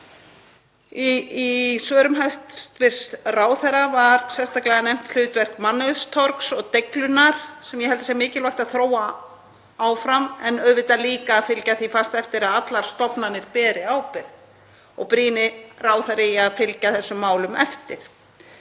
Í svörum hæstv. ráðherra var sérstaklega nefnt hlutverk mannauðstorgsins og Deiglunnar sem ég held að sé mikilvægt að þróa áfram en auðvitað líka að fylgja því fast eftir að allar stofnanir beri ábyrgð og ég brýni ráðherra í að fylgja þessum málum eftir.